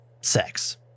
sex